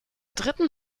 dritten